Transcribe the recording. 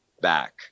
back